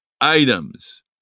items